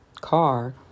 car